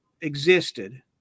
existed